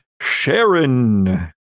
Sharon